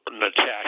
Natasha